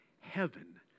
heaven